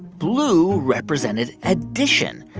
blue represented addition.